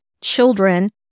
children